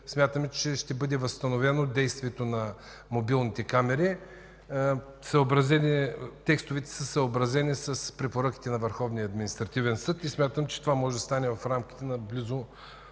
смятаме, че ще бъде възстановено действието на мобилните камери. Текстовете са съобразени с препоръките на Върховния административен съд. Смятам, че това може да стане в рамките на близо